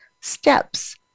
steps